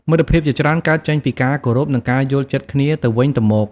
មិត្តភាពជាច្រើនកើតចេញពីការគោរព និងការយល់ចិត្តគ្នាទៅវិញទៅមក។